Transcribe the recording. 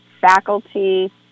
faculty